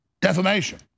Defamation